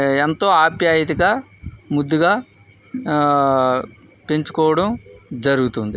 ఎంతో ఆప్యాయతగా ముద్దుగా పెంచుకోవడం జరుగుతుంది